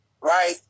right